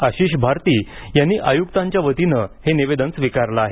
आशीष भारती यांनी आयुक्तांच्या वतीन हे निवेदन स्वीकारलं आहे